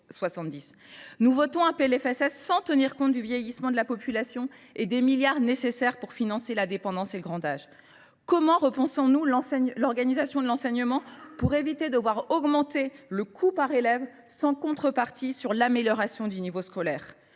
Nous votons un PLFSS sans tenir compte du vieillissement de la population et des milliards d’euros nécessaires pour financer la dépendance et le grand âge. Comment repensons nous l’organisation de l’enseignement afin d’éviter que n’augmente le coût par élève sans contrepartie quant à l’amélioration du niveau scolaire ?